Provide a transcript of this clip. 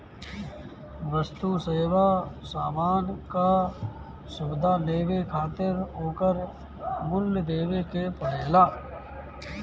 वस्तु, सेवा, सामान कअ सुविधा लेवे खातिर ओकर मूल्य देवे के पड़ेला